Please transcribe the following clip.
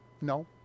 No